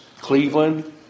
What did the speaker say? Cleveland